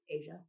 Asia